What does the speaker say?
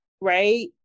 right